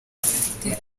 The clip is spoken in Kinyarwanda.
bufite